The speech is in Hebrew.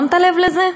שמת לב לזה?